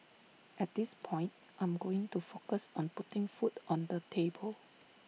at this point I am going to focus on putting food on the table